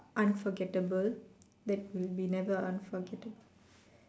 unforgettable that will be never unforgettable